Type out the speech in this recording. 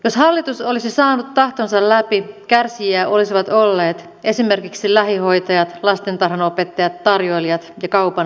jos hallitus olisi saanut tahtonsa läpi kärsijöitä olisivat olleet esimerkiksi lähihoitajat lastentarhanopettajat tarjoilijat ja kaupan myyjät